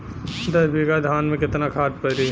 दस बिघा धान मे केतना खाद परी?